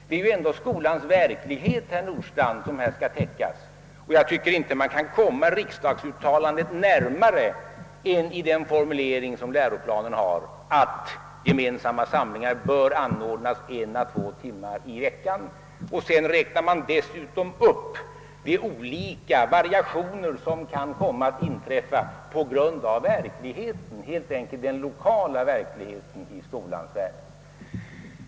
Det är ju skolans verklighet, herr Nordstrandh, som här skall täckas, och jag tycker inte att man kan komma riksdagsuttalandet närmare än formuleringen i läroplanen gör, nämligen att »gemensamma samlingar bör anordnas 1—2 gånger i veckan». Sedan räknas dessutom upp de olika variationer som kan förekomma med hänsyn till lokala förhållanden i skolans värld.